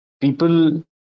people